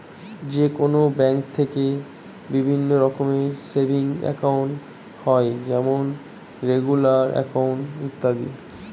যে কোনো ব্যাঙ্কে বিভিন্ন রকমের সেভিংস একাউন্ট হয় যেমন রেগুলার অ্যাকাউন্ট, ইত্যাদি